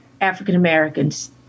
African-Americans